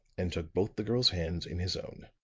and took both the girl's hands in his own.